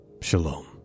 Shalom